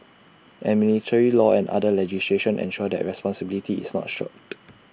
and military law and other legislation ensure that responsibility is not shirked